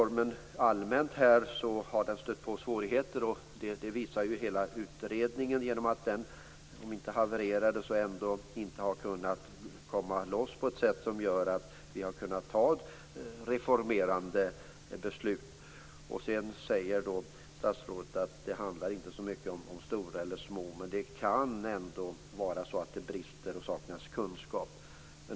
Rent allmänt har reformen stött på svårigheter. Det visar hela utredningen genom att den, om inte havererade så ändå inte har kunnat komma loss på ett sätt som gör att vi har kunnat fatta reformerande beslut. Sedan säger statsrådet att det inte handlar så mycket om stora eller små tingsrätter men att det ändå kan vara så att det brister och saknas kunskap.